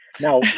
now